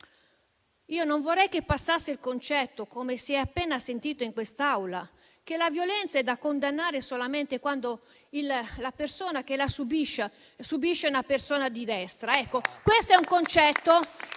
Non vorrei che passasse il concetto - come si è appena sentito in quest'Aula - che la violenza è da condannare solamente quando la persona che la subisce è di destra. Ecco, questo è un concetto